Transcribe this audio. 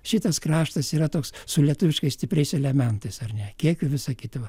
šitas kraštas yra toks su lietuviškais stipriais elementais ar ne kiek visa kita va